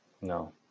No